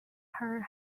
her